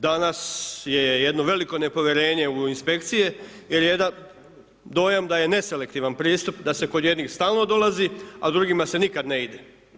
Danas je jedno veliko nepovjerenje u inspekcije, jer jedan dojam da je neselektivan pristup, da se kod jednih stalno dolazi, a drugima se nikad ne ide.